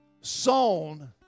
sown